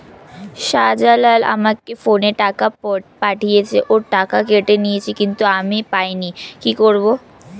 শাহ্জালাল আমাকে ফোনে টাকা পাঠিয়েছে, ওর টাকা কেটে নিয়েছে কিন্তু আমি পাইনি, কি করব?